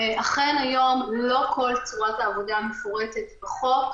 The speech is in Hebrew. אכן היום לא כל צורת העבודה מפורטת בחוק.